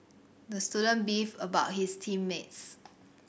the student beefed about his team mates